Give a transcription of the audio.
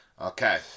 Okay